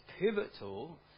pivotal